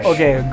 Okay